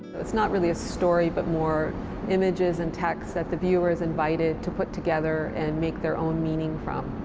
it's not really a story but more images and texts that the viewer is invited to put together and make their own meaning from.